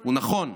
הוא נכון,